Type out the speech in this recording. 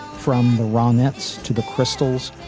from the ronettes to the crystals,